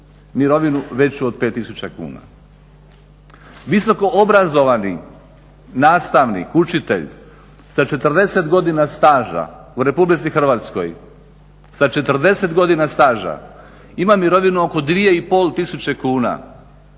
mirovinu veću od 5 tisuća kuna. Visokoobrazovani nastavnik, učitelj sa 40 godina staža u Republici Hrvatskoj, sa 40 godina staža ima mirovinu oko 2,5 tisuće